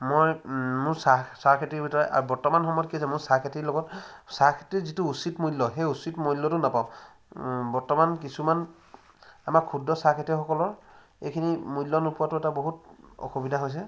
মই মোৰ চাহ চাহখেতিৰ ভিতৰত আৰু বৰ্তমান সময়ত কি হৈছে মোৰ চাহ খেতিৰ লগত চাহ খেতিৰ যিটো উচিত মূল্য সেই উচিত মূল্যটো নাপাওঁ বৰ্তমান কিছুমান আমাৰ ক্ষুদ্ৰ চাহ খেতিয়কসকলৰ এইখিনি মূল্য নোপোৱাটো এটা বহুত অসুবিধা হৈছে